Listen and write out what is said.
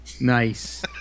Nice